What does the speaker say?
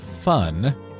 fun